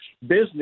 business